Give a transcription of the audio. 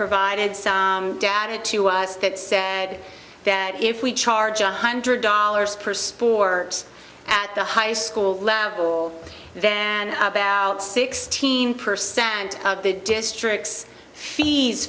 provided some data to us that said that if we charge one hundred dollars purse for at the high school level then about sixteen percent of the district's fees